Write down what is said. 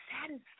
satisfied